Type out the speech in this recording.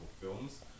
films